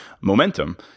momentum